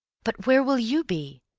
but where will you be?